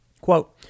Quote